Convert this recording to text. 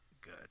good